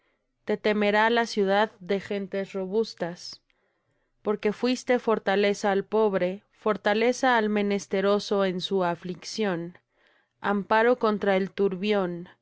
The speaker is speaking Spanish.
te temerá la ciudad de gentes robustas porque fuiste fortaleza al pobre fortaleza al menesteroso en su aflicción amparo contra el turbión